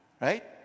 Right